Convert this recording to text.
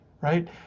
right